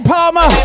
Palmer